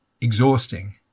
exhausting